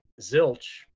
zilch